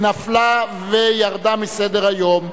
נפלה וירדה מסדר-היום.